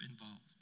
involved